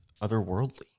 otherworldly